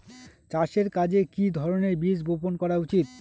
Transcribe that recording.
চাষের কাজে কি ধরনের বীজ বপন করা উচিৎ?